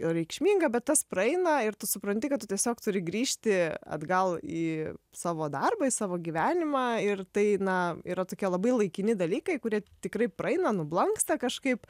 reikšminga bet tas praeina ir tu supranti kad tu tiesiog turi grįžti atgal į savo darbą į savo gyvenimą ir tai na yra tokie labai laikini dalykai kurie tikrai praeina nublanksta kažkaip